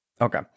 Okay